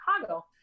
Chicago